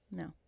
no